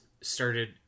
started